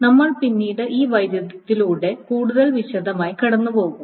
നമ്മൾ പിന്നീട് ഈ വൈരുദ്ധ്യത്തിലൂടെ കൂടുതൽ വിശദമായി കടന്നുപോകും